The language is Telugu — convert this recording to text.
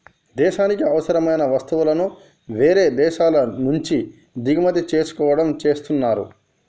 దేశానికి అవసరమైన వస్తువులను వేరే దేశాల నుంచి దిగుమతి చేసుకోవడం చేస్తున్నరు